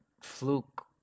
fluke